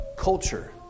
culture